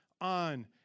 on